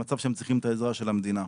למצב שהם צריכים את העזרה של המדינה.